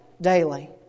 daily